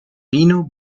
vino